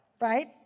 right